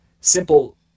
simple